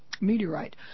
meteorite